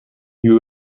you